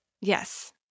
Yes